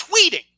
tweeting